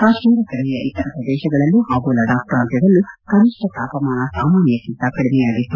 ಕಾಶ್ಮೀರ ಕಣಿವೆಯ ಇತರ ಪ್ರದೇಶಗಳಲ್ಲೂ ಹಾಗೂ ಲಡಾಕ್ ಪ್ರಾಂತ್ಯದಲ್ಲೂ ಕನಿಷ್ಠ ತಾಪಮಾನ ಸಾಮಾನ್ಯಕ್ಕಿಂತ ಕಡಿಮೆಯಾಗಿತ್ತು